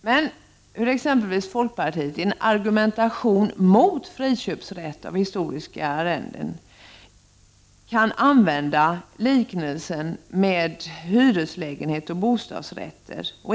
Hur kan exempelvis folkpartiet i sin argumentation mot rätten att friköpa historiska arrenden använda liknelsen mellan hyreslägenheter och bostadsrätter?